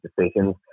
decisions